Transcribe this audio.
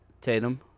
Tatum